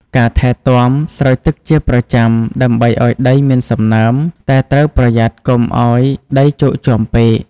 ការថែទាំ ស្រោចទឹកជាប្រចាំ ដើម្បីឱ្យដីមានសំណើម តែត្រូវប្រយ័ត្នកុំឲ្យដីជោកជាំពេក។